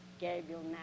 Gabriel